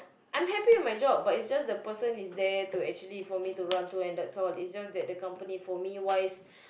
I am happy with my job but it's just the person is there to actually for me to run to and that's all is just that the company for me wise